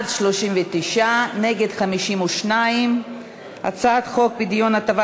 מסדר-היום את הצעת חוק פדיון הטבת